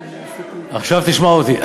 עכשיו תשמע אותי.